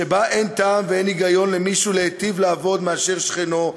שבה אין טעם ואין היגיון למישהו להיטיב לעבוד מאשר שכנו,